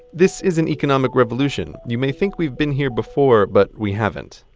this is an economic revolution. you may think we've been here before, but we haven't.